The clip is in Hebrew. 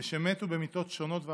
ושמתו במיתות שונות ואכזריות.